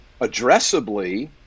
addressably